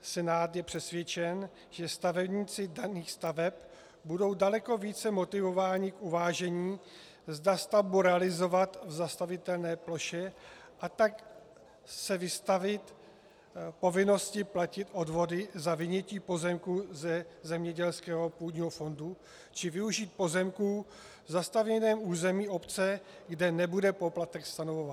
Senát je přesvědčen, že stavebníci daných staveb budou daleko více motivováni k uvážení, zda stavbu realizovat v zastavitelné ploše a tak se vystavit povinnosti platit odvody za vynětí pozemku ze zemědělského půdního fondu, či využít pozemků v zastavěném území obce, kde nebude poplatek stanovován.